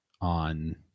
on